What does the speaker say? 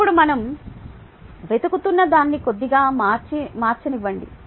ఇప్పుడు మనం వెతుకుతున్నదాన్ని కొద్దిగా మార్చనివ్వండి